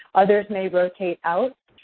others may rotate out.